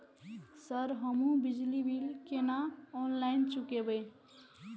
Sir हमू बिजली bill केना ऑनलाईन चुकेबे?